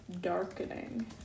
darkening